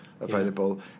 available